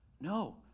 No